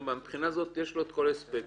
מבחינה זו יש לו את כל האספקטים.